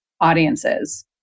audiences